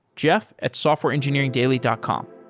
jeff at softwareengineeringdaily dot com